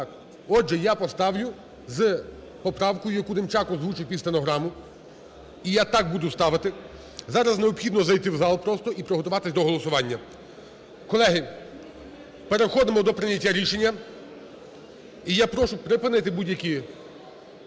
Отже, я поставлю з поправкою, яку Демчак озвучив під стенограму. І я, так, буду ставити. Зараз необхідно зайти в зал просто і приготуватись до голосування. Колеги, переходимо до прийняття рішення. І я прошу припинити будь-які